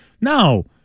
No